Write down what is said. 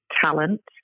talent